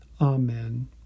Amen